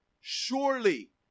surely